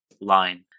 line